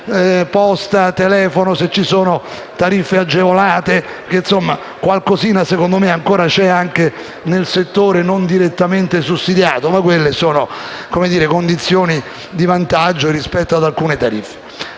posta, telefono ed eventuali tariffe agevolate perché qualcosina, secondo me, ancora c'è anche nel settore non direttamente sussidiato anche se quelle sono condizioni di vantaggio rispetto al alcune tariffe.